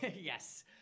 Yes